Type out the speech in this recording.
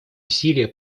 усилия